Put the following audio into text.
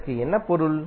இதற்கு என்ன பொருள்